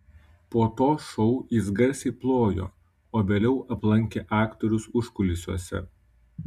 po to šou jis garsiai plojo o vėliau aplankė aktorius užkulisiuose